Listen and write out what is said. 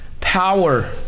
power